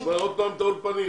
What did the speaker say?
שנשמע עוד פעם את האולפנים?